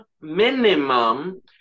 minimum